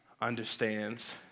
understands